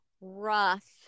rough